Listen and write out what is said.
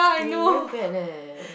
eh you very bad leh